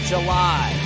July